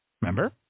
Remember